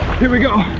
here we go,